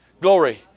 glory